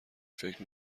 فکر